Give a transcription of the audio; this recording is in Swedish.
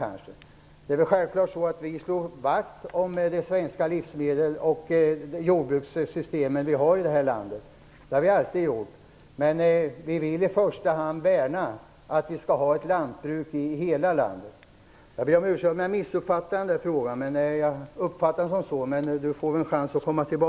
Vi slår självklart vakt om de svenska livsmedlen och om det svenska jordbrukssystemet, och det har vi alltid gjort, men vi vill i första hand värna upprätthållandet av ett lantbruk i hela landet. Jag ber om ursäkt om jag har missuppfattat Peter Weibull Bernström. I så fall får han väl återkomma.